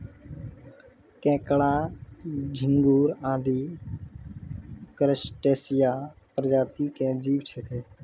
केंकड़ा, झिंगूर आदि क्रस्टेशिया प्रजाति के जीव छेकै